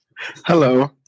Hello